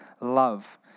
love